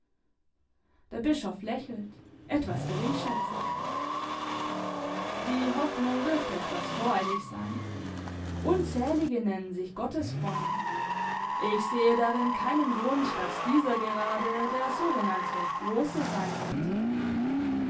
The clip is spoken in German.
der bischof lächelt etwas geringschätzig die hoffnung dürfte etwas voreilig sein unzählige nennen sich gottesfreunde ich sehe darin keinen grund daß dieser gerade der sogenannte große sein sollte